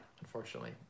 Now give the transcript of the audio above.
Unfortunately